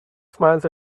smiles